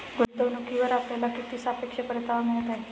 गुंतवणूकीवर आपल्याला किती सापेक्ष परतावा मिळत आहे?